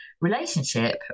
relationship